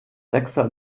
sechser